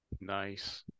Nice